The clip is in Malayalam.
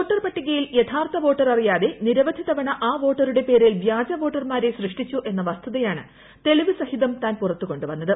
വോട്ടർ പട്ടികയിൽ യഥാർത്ഥ വോട്ടർ അറിയാതെ നിരവധി തവണ ആ വോട്ടറുടെ പേരിൽ വ്യാജവോട്ടർമാരെ സൃഷ്ടിച്ചു എന്ന വസ്തുതയാണ് തെളിവ് സഹിതം താൻ പുറത്ത് കൊണ്ടുവന്നത്